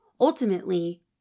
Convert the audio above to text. Ultimately